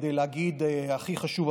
להגיד: הכי חשוב,